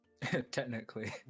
Technically